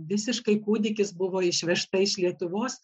visiškai kūdikis buvo išvežta iš lietuvos